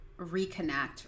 reconnect